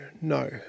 no